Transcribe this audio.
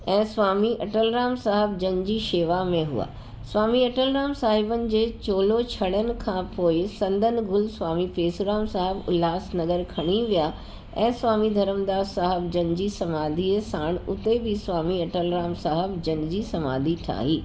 ऐं स्वामी अटलराम साहिब जन जी शेवा में हुआ स्वामी अटल राम साहिबन जे चोलो छॾण खां पोइ संदन गुल स्वामी पेसुराम साहिब उल्हास नगर खणी विया ऐं स्वामी धरमदास साहिब जन जी समाधिअ साण उते बि स्वामी अटलराम साहिब जन जी समाधी ठाही